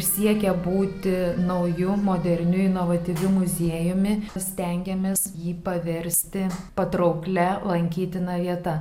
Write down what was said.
siekia būti nauju moderniu inovatyviu muziejumi stengiamės jį paversti patrauklia lankytina vieta